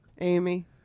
Amy